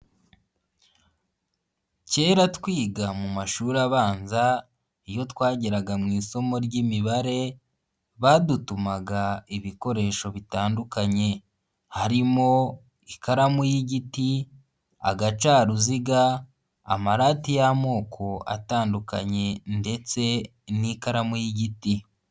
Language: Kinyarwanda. Kera twiga mu mashuri abanza, iyo twageraga mu isomo ry'imibare, badutumaga ibikoresho bitandukanye harimo ikaramu y'igiti, agacaruziga, amarati y'amoko atandukanye ndetse n'ikaramu y'igiti.